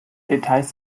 details